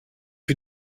you